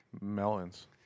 Melons